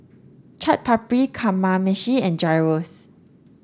Chaat Papri Kamameshi and Gyros